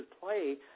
play